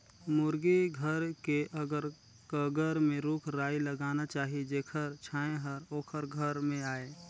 मुरगी घर के अगर कगर में रूख राई लगाना चाही जेखर छांए हर ओखर घर में आय